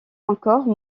encore